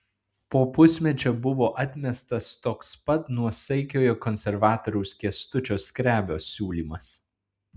po pusmečio buvo atmestas toks pat nuosaikiojo konservatoriaus kęstučio skrebio siūlymas